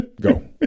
Go